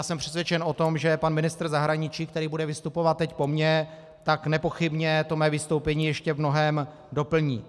Jsem přesvědčen o tom, že pan ministr zahraničí, který bude vystupovat teď po mně, nepochybně mé vystoupení ještě v mnohém doplní.